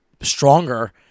stronger